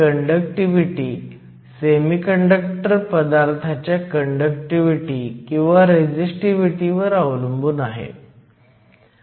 intrinsic carriers concentration हे आपण यापूर्वी अनेकदा पाहिले आहे फक्त 1010 cm 3 आहे